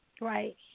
Right